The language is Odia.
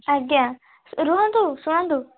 ଆଜ୍ଞା ରୁହନ୍ତୁ ଶୁଣନ୍ତୁ